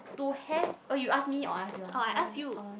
to have oh you ask me or ask yours ah now is it all